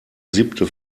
siebte